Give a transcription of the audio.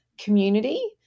community